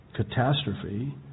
catastrophe